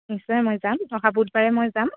নিশ্চয় মই যাম অহা বুধবাৰে মই যাম